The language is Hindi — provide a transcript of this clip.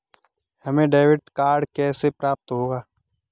हमें डेबिट कार्ड कैसे प्राप्त होगा?